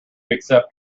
accept